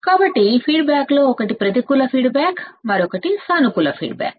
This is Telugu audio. కాబట్టి ఫీడ్బ్యాక్ లో ఒకటి ప్రతికూల ఫీడ్బ్యాక్ మరొకటి సానుకూల ఫీడ్బ్యాక్